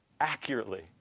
Accurately